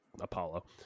Apollo